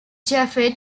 jaffe